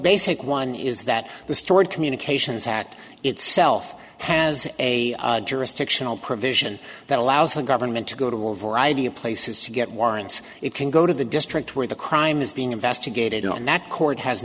basic one is that the stored communications act itself has a jurisdictional provision that allows the government to go to a variety of places to get warrants it can go to the district where the crime is being investigated on that court has